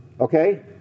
Okay